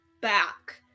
back